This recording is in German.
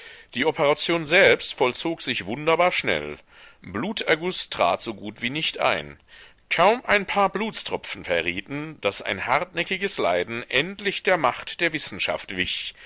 die operation selbst vollzog sich wunderbar schnell bluterguß trat so gut wie nicht ein kaum ein paar blutstropfen verrieten daß ein hartnäckiges leiden endlich der macht der wissenschaft wich